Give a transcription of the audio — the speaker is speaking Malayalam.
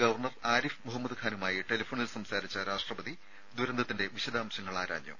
ഗവർണർ ആരിഫ് മുഹമ്മദ് ഖാനുമായി ടെലഫോണിൽ സംസാരിച്ച രാഷ്ട്രപതി ദുരന്തത്തിന്റെ വിശദാംശങ്ങൾ ആരാഞ്ഞു